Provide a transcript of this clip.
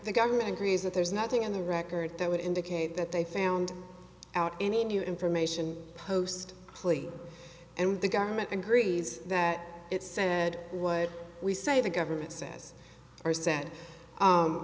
the government agrees that there's nothing in the record that would indicate that they found out any new information post plea and the government agrees that it said what we say the government says or said